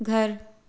घर